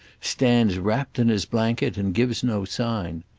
stands wrapt in his blanket and gives no sign.